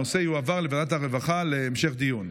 הנושא יועבר לוועדת הרווחה להמשך דיון.